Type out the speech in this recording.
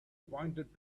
pointed